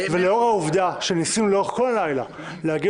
לאור העובדה שניסינו לאורך כל הלילה להגיע